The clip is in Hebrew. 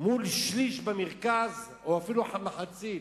מול שליש מזה במרכז, או אפילו מחצית.